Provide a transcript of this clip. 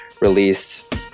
released